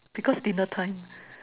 because dinner time